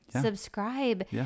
subscribe